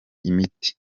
imiti